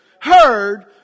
heard